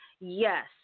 Yes